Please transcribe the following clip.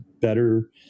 better